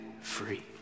free